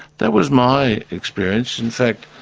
that was my experience. in fact,